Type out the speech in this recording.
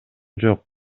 жок